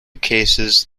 cases